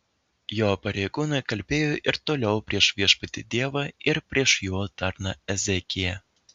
jo pareigūnai kalbėjo ir toliau prieš viešpatį dievą ir prieš jo tarną ezekiją